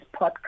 podcast